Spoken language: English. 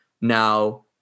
Now